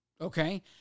okay